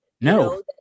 No